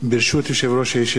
ברשות יושב-ראש הישיבה,